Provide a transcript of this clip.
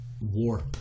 Warp